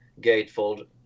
gatefold